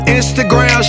Instagram